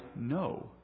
no